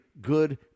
good